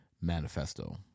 manifesto